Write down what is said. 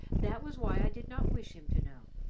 that was why i did not wish him to know.